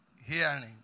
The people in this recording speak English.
hearing